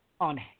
On